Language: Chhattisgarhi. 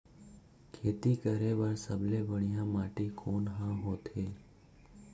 खेती करे बर सबले बढ़िया माटी कोन हा होथे?